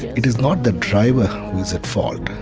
it is not the driver who is at fault,